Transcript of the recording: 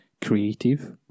creative